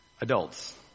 adults